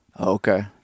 Okay